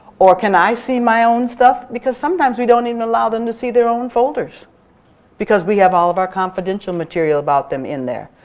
or can i see my own stuff? because sometimes we don't even allow them to see their own folders because we have all of our confidential material about them in there.